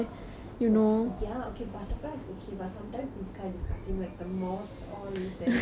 ya okay butterflies okay but sometimes it's quite disgusting like the moth all is damn gross eh